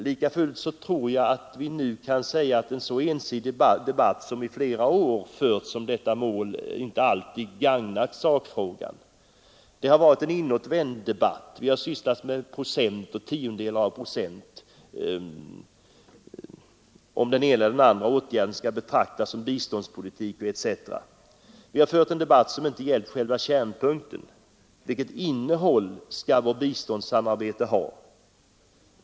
Lika fullt tror jag att vi nu kan säga att en så ensidig debatt som den som i flera år har förts om detta mål inte alltid gagnat sakfrågan. Det har varit en inåtvänd debatt. Vi har sysslat med procent och tiondelar av procent, diskuterat om den ena eller andra åtgärden skulle betraktas som biståndspolitik etc. Vi har fört en debatt som inte gällt själva kärnpunkten: Vilket innehåll skall vårt biståndssamarbete ha?